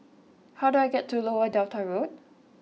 How do I get to Lower Delta Road